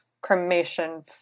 cremation